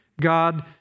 God